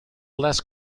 less